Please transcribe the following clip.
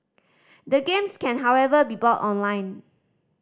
the games can however be bought online